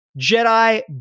Jedi